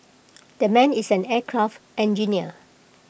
that man is an aircraft engineer